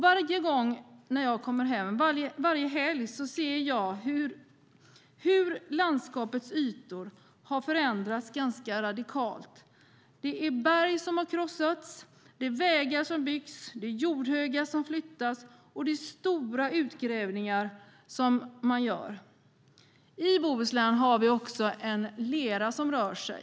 Varje helg när jag kommer hem ser jag hur landskapets ytor har förändrats ganska radikalt. Berg krossas, vägar byggs, jordhögar flyttas och det görs stora utgrävningar. I Bohuslän har vi också en lera som rör sig.